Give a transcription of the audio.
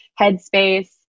headspace